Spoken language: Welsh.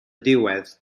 diwedd